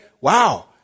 wow